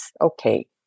okay